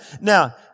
Now